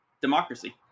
democracy